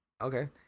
Okay